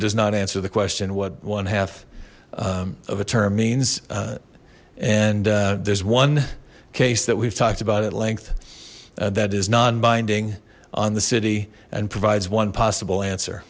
does not answer the question what one half of a term means and there's one case that we've talked about at length that is non binding on the city and provides one possible answer